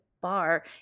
bar